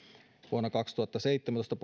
vuonna kaksituhattaseitsemäntoista